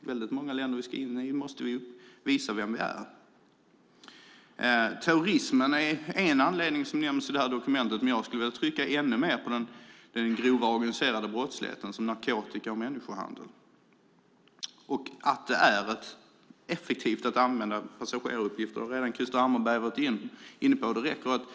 I väldigt många länder vi ska in i måste vi visa vilka vi är. Terrorism är en anledning som nämns i dokumentet, men jag skulle vilja betona ännu mer den grova organiserade brottsligheten, som narkotika och människohandel. Det är effektivt att använda passageraruppgifter. Det har Krister Hammarbergh redan varit inne på. Det räcker med att